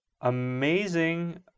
amazing